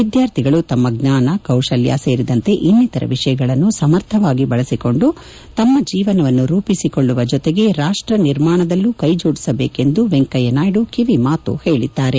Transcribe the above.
ವಿದ್ಯಾರ್ಥಿಗಳು ತಮ್ಮ ಜ್ವಾನ ಕೌಶಲ್ಯ ಸೇರಿದಂತೆ ಇನ್ನಿತರೆ ವಿಷಯಗಳನ್ನು ಸಮರ್ಥವಾಗಿ ಬಳಸಿಕೊಂಡು ತಮ್ಮ ಜೀವನವನ್ನು ರೂಪಿಸಿಕೊಳ್ಳುವ ಜೊತೆಗೆ ರಾಷ್ಟ ನಿರ್ಮಾಣದಲ್ಲೂ ಕ್ಷೆ ಜೋಡಿಸಬೇಕು ಎಂದು ವೆಂಕಯ್ಲನಾಯ್ನ ಕಿವಿಮಾತು ಹೇಳಿದ್ದಾರೆ